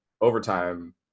Overtime